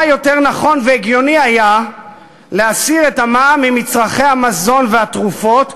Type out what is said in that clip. מה יותר נכון והגיוני היה מלהסיר את המע"מ ממצרכי המזון והתרופות,